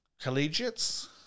Collegiates